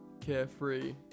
Carefree